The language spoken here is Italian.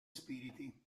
spiriti